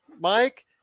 Mike